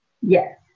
Yes